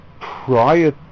prior